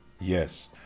Yes